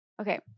Okay